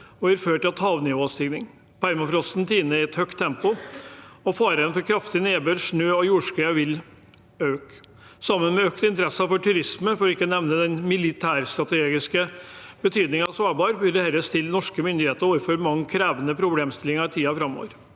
og vil føre til havnivåstigning. Permafrosten tiner i et høyt tempo, og faren for kraftig nedbør, snø- og jordskred vil øke. Sammen med økt interesse for turisme, for ikke å glemme den militærstrategiske betydningen av Svalbard, vil dette stille norske myndigheter overfor mange krevende problemstillinger i tiden framover.